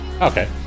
Okay